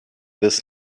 this